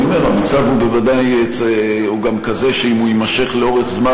המצב הוא גם כזה שאם הוא יימשך לאורך זמן